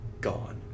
gone